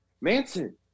manson